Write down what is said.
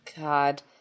God